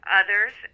others